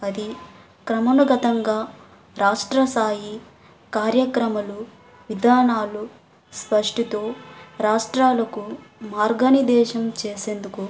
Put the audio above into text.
అది క్రమనుగతంగా రాష్ట్రసాయి కార్యక్రమలు విధానాలు స్పష్టుతు రాష్ట్రాలకు మార్గానిదేశం చేసేందుకు